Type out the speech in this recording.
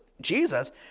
Jesus